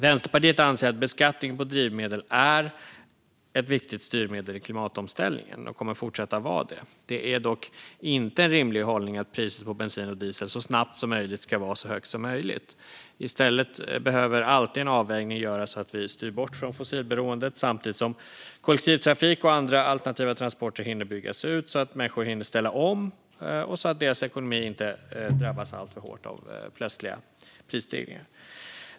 Vänsterpartiet anser att beskattning på drivmedel är ett viktigt styrmedel i klimatomställningen och kommer att fortsätta vara det. Det är dock inte en rimlig hållning att priset på bensin och diesel så snabbt som möjligt ska vara så högt som möjligt. I stället behöver en avvägning alltid göras så att vi styr bort från fossilberoendet samtidigt som kollektivtrafik och andra alternativa transportformer hinner byggas ut, så att människor hinner ställa om och så att deras ekonomi inte drabbas alltför hårt av plötsliga prisstegringar.